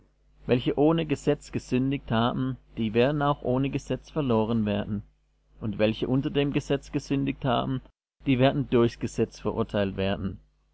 welche ohne gesetz gesündigt haben die werden auch ohne gesetz verloren werden und welche unter dem gesetz gesündigt haben die werden durchs gesetz verurteilt werden